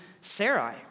Sarai